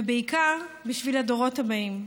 ובעיקר בשביל הדורות הבאים,